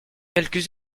quelques